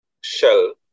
shell